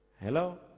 hello